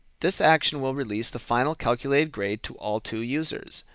this action will release the final calculated grade to all two users.